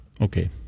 Okay